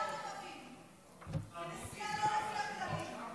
כל דבר אצלם זה "החברה הערבית בתחתית".